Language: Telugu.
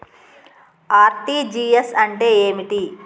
ఆర్.టి.జి.ఎస్ అంటే ఏమిటి?